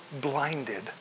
blinded